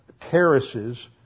terraces